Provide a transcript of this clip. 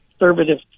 conservative